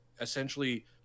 essentially